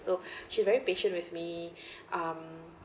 so she very patient with me um